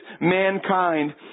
mankind